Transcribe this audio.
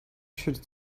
should